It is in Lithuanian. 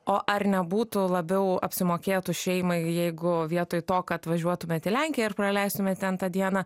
o ar nebūtų labiau apsimokėtų šeimai jeigu vietoj to kad važiuotumėt į lenkiją ir praleistumėt ten tą dieną